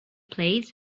plays